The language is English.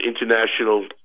international